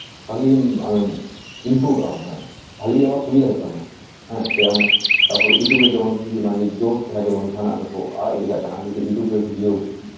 ᱵᱷᱟᱹᱜᱮ ᱟᱢᱮᱢ ᱤᱢᱯᱨᱩᱵᱷ ᱚᱜ ᱟᱢ ᱢᱟᱱᱮ ᱵᱷᱟᱹᱜᱮ ᱜᱮ ᱟᱢᱟᱜ ᱥᱩᱵᱤᱫᱷᱟ ᱦᱩᱭᱩᱜ ᱛᱟᱢᱟ ᱦᱮᱸ ᱥᱮ ᱟᱢ ᱛᱟᱨᱯᱚᱨ ᱤᱭᱩᱴᱩᱵᱽ ᱨᱮ ᱡᱮᱢᱚᱱ ᱠᱤᱪᱷᱩ ᱠᱤᱪᱷᱩ ᱚᱱᱟ ᱡᱟᱦᱟᱸ ᱡᱳᱥ ᱡᱟᱦᱟᱱᱟᱜ ᱨᱮᱠᱚ ᱟᱲᱟᱜ ᱜᱤᱰᱤ ᱠᱟᱜ ᱠᱟᱱᱟ ᱤᱭᱩᱴᱩᱵᱽ ᱨᱮ ᱵᱷᱤᱰᱭᱳ